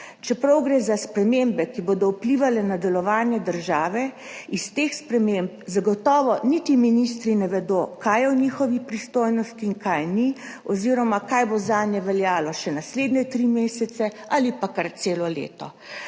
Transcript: Čeprav gre za spremembe, ki bodo vplivale na delovanje države, iz teh sprememb zagotovo niti ministri ne vedo, kaj je v njihovi pristojnosti in kaj ni oziroma kaj bo zanje veljalo še naslednje tri mesece ali pa kar celo leto.